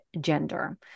gender